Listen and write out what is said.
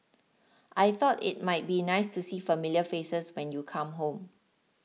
I thought it might be nice to see familiar faces when you come home